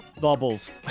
Bubbles